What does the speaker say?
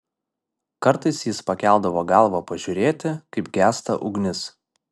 kartais jis pakeldavo galvą pažiūrėti kaip gęsta ugnis